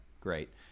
great